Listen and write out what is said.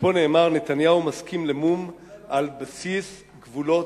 ופה נאמר: נתניהו מסכים למשא-ומתן על בסיס גבולות